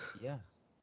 Yes